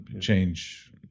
change